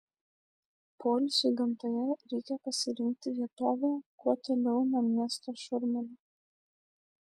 poilsiui gamtoje reikia pasirinkti vietovę kuo toliau nuo miesto šurmulio